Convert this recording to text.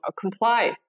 comply